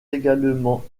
également